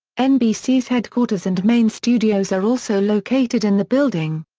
nbc's headquarters and main studios are also located in the building.